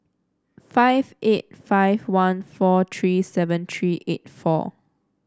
five eight five one four three seven three eight four